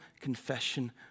confession